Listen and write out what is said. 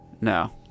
No